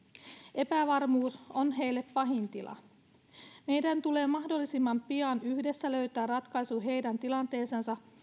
epävarmuus on heille pahin tila meidän tulee mahdollisimman pian yhdessä löytää ratkaisu heidän tilanteeseensa